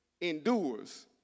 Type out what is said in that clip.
endures